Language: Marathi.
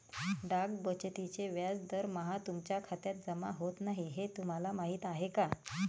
डाक बचतीचे व्याज दरमहा तुमच्या खात्यात जमा होत नाही हे तुम्हाला माहीत आहे का?